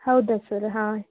ಹೌದಾ ಸರ್ ಹಾಂ